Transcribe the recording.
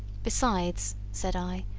besides, said i,